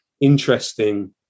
interesting